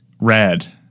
red